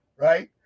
right